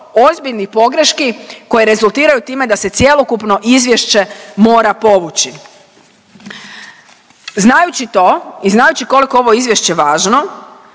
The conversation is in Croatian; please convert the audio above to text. ozbiljnih pogreški koje rezultiraju da se cjelokupno izvješće mora povući. Znajući to i znajući koliko je ovo izvješće važno